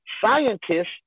Scientists